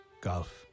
Golf